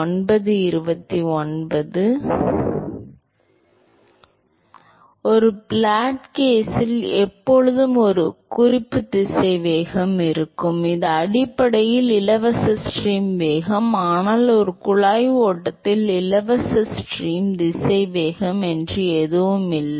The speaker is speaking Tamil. ஒரு பிளாட் பிளேட் கேஸில் எப்போதும் ஒரு குறிப்புத் திசைவேகம் இருக்கும் இது அடிப்படையில் இலவச ஸ்ட்ரீம் வேகம் ஆனால் ஒரு குழாய் ஓட்டத்தில் இலவச ஸ்ட்ரீம் திசைவேகம் என்று எதுவும் இல்லை